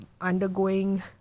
undergoing